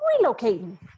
relocating